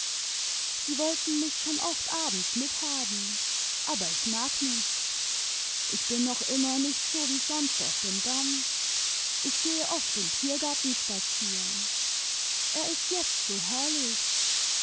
sie wollten mich schon oft abends mithaben aber ich mag nicht ich bin noch immer nicht so wie sonst auf dem damm ich gehe oft im tiergarten spazieren er ist jetzt so herrlich